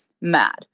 Mad